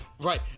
right